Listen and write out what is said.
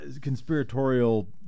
conspiratorial